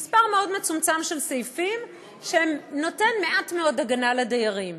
מספר מאוד מצומצם של סעיפים שנותנים מעט מאוד הגנה לדיירים.